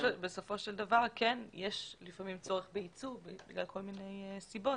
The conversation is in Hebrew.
בסופו של דבר יש לפעמים צורך בייצוב בגלל כל מיני סיבות